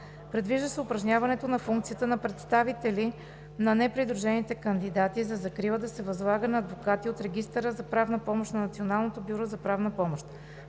Предвижда се упражняването на функцията на представители на непридружените кандидати за закрила да се възлага на адвокати от Регистъра за правна помощ на Националното бюро за правна помощ.